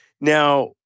now